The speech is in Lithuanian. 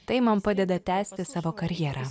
tai man padeda tęsti savo karjerą